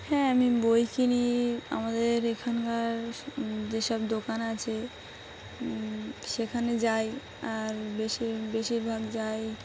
হ্যাঁ আমি বই কিনি আমাদের এখানকার যেসব দোকান আছে সেখানে যাই আর বেশি বেশিরভাগ যাই